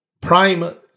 prime